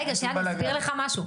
רגע, שנייה, אני אסביר לך משהו,